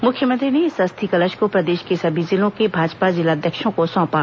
मुख्यमंत्री ने इस अस्थि कलश को प्रदेश के सभी जिलों के भाजपा जिलाध्यक्षों को सौंपा